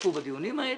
שהשתתפו בדיונים האלה,